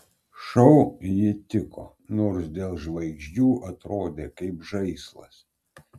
šou ji tiko nors dėl žvaigždžių atrodė kaip žaislas